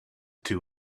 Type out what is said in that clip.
two